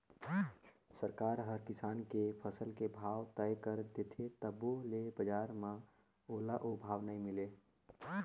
सरकार हर किसान के फसल के भाव तय कर देथे तभो ले बजार म ओला ओ भाव नइ मिले